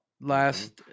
Last